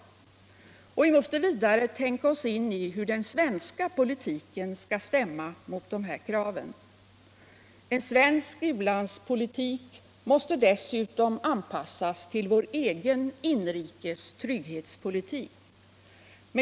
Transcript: Vi måste vidare tänka oss in i hur den svenska politiken skall stämma med dessa krav. En svensk u-landspolitik måste dessutom anpassas till vår egen inrikes trygghetspolitik.